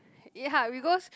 ya because